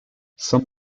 some